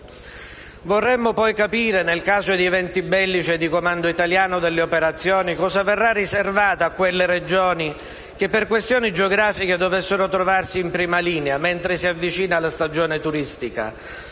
Vorremmo poi capire, nel caso di eventi bellici e di comando italiano delle operazioni, cosa verrà riservato a quelle regioni, che per questioni geografiche dovessero trovarsi in prima linea, mentre si avvicina la stagione turistica.